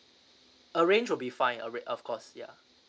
uh range would be fine uh rent of course ya